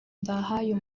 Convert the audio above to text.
ndahayo